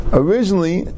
originally